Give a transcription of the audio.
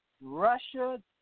Russia